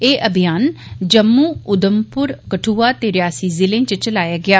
एह् अभियान जम्मू उधमपुर कठुआ ते रियासी ज़िलें च चलाया गेया